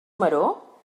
maror